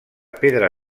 pedra